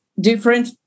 different